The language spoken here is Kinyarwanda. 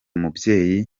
mubyeyi